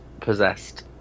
possessed